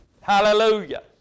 Hallelujah